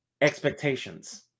Expectations